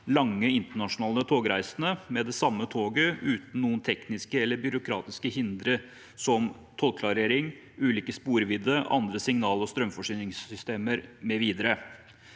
lange internasjonale togreiser med det samme toget uten noen tekniske eller byråkratiske hindre, som tollklarering, ulik sporvidde, andre signal- og strømforsyningssystemer mv., men